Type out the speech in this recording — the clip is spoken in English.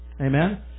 Amen